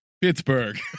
Pittsburgh